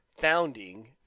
Founding